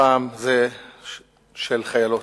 הפעם זה של חיילות.